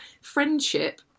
friendship